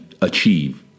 achieve